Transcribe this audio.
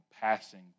passing